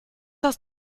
das